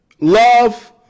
love